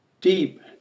deep